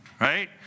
Right